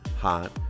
hot